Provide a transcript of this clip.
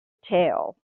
tell